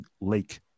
lake